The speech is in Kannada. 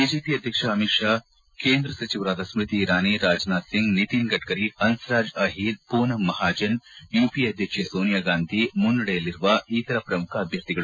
ಬಿಜೆಪಿ ಅಧ್ಯಕ್ಷ ಅಮಿತ್ ಷಾ ಕೇಂದ್ರ ಸಚಿವರಾದ ಸ್ನತಿ ಇರಾನಿ ರಾಜನಾಥ್ ಸಿಂಗ್ ನಿತಿನ್ ಗಡ್ಡರಿ ಹನ್ಲರಾಜ್ ಅಹಿರ್ ಪೂನಂ ಮಹಾಜನ್ ಯುಪಿಎ ಅಧ್ಯಕ್ಷೆ ಸೋನಿಯಾಗಾಂಧಿ ಮುನ್ನಡೆಯಲ್ಲಿರುವ ಇತರ ಪ್ರಮುಖ ಅಭ್ಯರ್ಥಿಗಳು